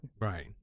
Right